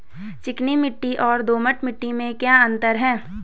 चिकनी मिट्टी और दोमट मिट्टी में क्या क्या अंतर है?